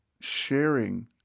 sharing